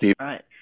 right